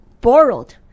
borrowed